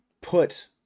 put